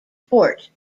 port